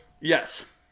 Yes